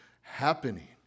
happening